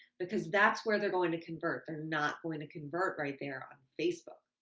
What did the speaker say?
because that's where they're going to convert. they're not going to convert right there on facebook.